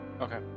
Okay